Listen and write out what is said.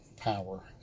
power